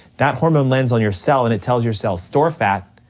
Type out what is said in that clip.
that hormone lands on your cell and it tells your cell store fat,